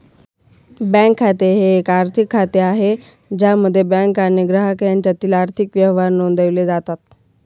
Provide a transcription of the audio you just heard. bank खाते हे एक आर्थिक खाते आहे ज्यामध्ये बँक आणि ग्राहक यांच्यातील आर्थिक व्यवहार नोंदवले जातात